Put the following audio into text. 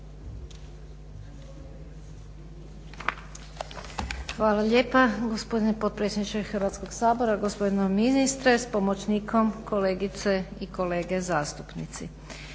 Hvala lijepa potpredsjedniče Hrvatskog sabora, gospodine ministre s pomoćnikom, kolegice i kolege zastupnici.